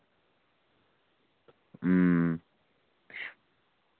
अं